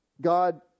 God